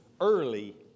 early